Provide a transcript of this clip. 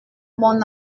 mon